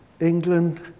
England